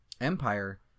Empire